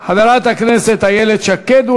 חברת הכנסת איילת שקד.